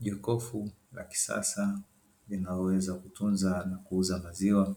Jokofu la kisasa linaloweza kutunza na kuuza maziwa,